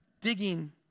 digging